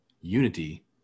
unity